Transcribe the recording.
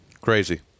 crazy